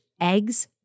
eggs